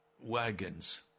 wagons